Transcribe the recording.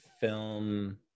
film